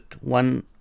one